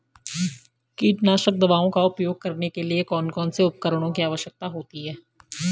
कीटनाशक दवाओं का उपयोग करने के लिए कौन कौन से उपकरणों की आवश्यकता होती है?